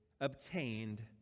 obtained